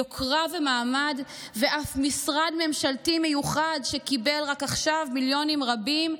יוקרה ומעמד ואף משרד ממשלתי מיוחד שקיבל רק עכשיו מיליונים רבים,